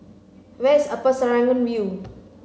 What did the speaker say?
where is Upper Serangoon View